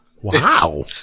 Wow